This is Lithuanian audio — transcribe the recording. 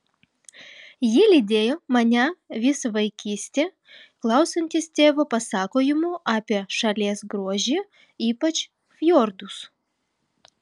ji lydėjo mane visą vaikystę klausantis tėvo pasakojimų apie šalies grožį ypač fjordus